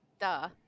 Duh